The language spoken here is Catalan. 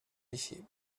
així